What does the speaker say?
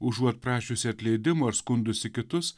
užuot prašiusi atleidimo ir skundusi kitus